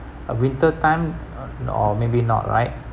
a winter time or maybe not right